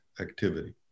activity